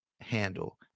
handle